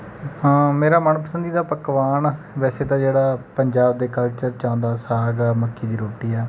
ਹਾਂ ਮੇਰਾ ਮਨਪੰਸਦੀਦਾ ਪਕਵਾਨ ਵੈਸੇ ਤਾਂ ਜਿਹੜਾ ਪੰਜਾਬ ਦੇ ਕਲਚਰ 'ਚ ਆਉਂਦਾ ਸਾਗ ਆ ਮੱਕੀ ਦੀ ਰੋਟੀ ਆ